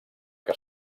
que